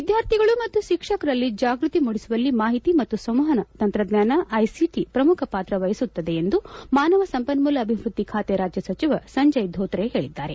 ವಿದ್ಯಾರ್ಥಿಗಳು ಮತ್ತು ಶಿಕ್ಷಕರಲ್ಲಿ ಜಾಗ್ಪತಿ ಮೂಡಿಸುವಲ್ಲಿ ಮಾಹಿತಿ ಮತ್ತು ಸಂವಹನ ತಂತ್ರಜ್ಞಾನ ಐಸಿಟಿ ಪ್ರಮುಖ ಪಾತ್ರ ವಹಿಸುತ್ತದೆ ಎಂದು ಮಾನವ ಸಂಪನ್ಮೂಲ ಅಭಿವೃದ್ದಿ ಖಾತೆ ರಾಜ್ಯ ಸಚಿವ ಸಂಜಯ್ ಧೋತ್ರೆ ಹೇಳಿದ್ದಾರೆ